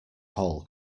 hall